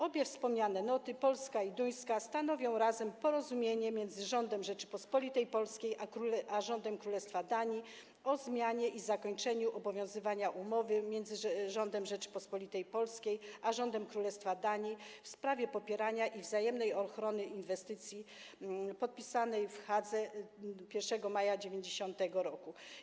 Obie wspomniane noty, polska i duńska, razem stanowią Porozumienie między Rządem Rzeczypospolitej Polskiej a Rządem Królestwa Danii o zmianie i zakończeniu obowiązywania Umowy między Rządem Rzeczypospolitej Polskiej a Rządem Królestwa Danii w sprawie popierania i wzajemnej ochrony inwestycji, podpisanej w Kopenhadze dnia 1 maja 1990 r.